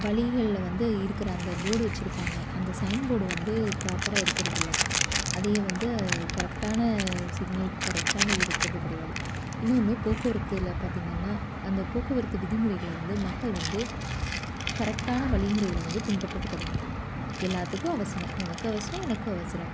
வழிகள்ல வந்து இருக்கிற அந்த போர்டு வெச்சுருப்பாங்க அந்த சைன் போர்டு வந்து ப்ராப்பராக இருக்கிறதில்ல அதையும் வந்து கரெக்டான சிக்னலுக்கு கரெக்டான இது வைக்கிறது கிடையாது இன்னொன்று போக்குவரத்தில் பார்த்தீங்கன்னா அந்த போக்குவரத்து விதிமுறைகளை வந்து மக்கள் வந்து கரெக்டான வழிமுறைகள வந்து பின்பற்றது கிடையாது எல்லாத்துக்கும் அவசரம் உனக்கும் அவசரம் எனக்கும் அவசரம்